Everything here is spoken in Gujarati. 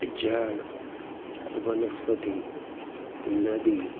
ઝાડ વનસ્પતિ નદી